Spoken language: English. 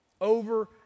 over